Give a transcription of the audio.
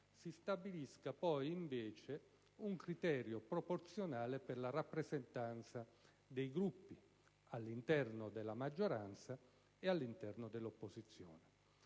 si stabilisca poi un criterio proporzionale per la rappresentanza dei Gruppi, all'interno della maggioranza e dell'opposizione.